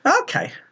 Okay